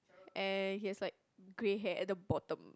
and he is like grey hair at the bottom